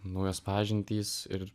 naujos pažintys ir